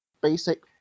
basic